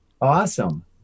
awesome